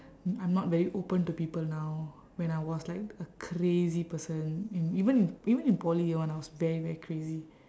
I'm not very open to people now when I was like a crazy person in even in even in poly when I was very very crazy